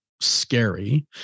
scary